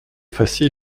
facile